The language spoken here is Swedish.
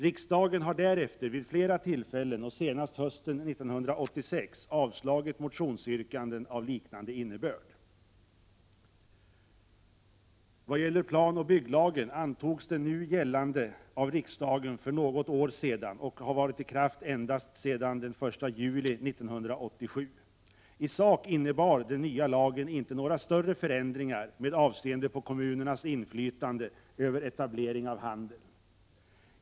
Riksdagen har därefter vid flera tillfällen och senast hösten 1986 avslagit motionsyrkanden av liknande innebörd. Vad gäller planoch bygglagen antogs den nu gällande av riksdagen för något år sedan och har alltså endast varit i kraft sedan den 1 juli 1987. I sak innebar den nya lagen inte några större förändringar med avseende på kommunernas inflytande över etablering av handeln.